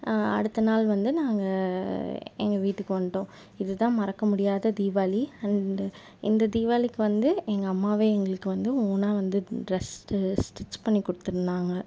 அடுத்த நாள் வந்து நாங்கள் எங்கள் வீட்டுக்கு வந்துட்டோம் இது தான் மறக்க முடியாத தீபாளி அண்டு இந்த தீபாளிக்கி வந்து எங்கள் அம்மா எங்களுக்கு வந்து மூணு வந்து ட்ரெஸ் ஸ்டிச் பண்ணி கொடுத்துருந்தாங்க